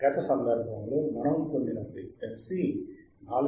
గత సందర్భంలో మనము పొందిన ఫ్రీక్వెన్సీ 4